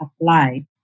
applied